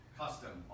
custom